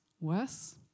worse